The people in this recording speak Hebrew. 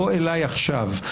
בוא אליי עכשיו,